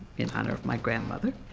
in honor of my grandmother,